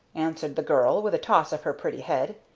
answered the girl, with a toss of her pretty head,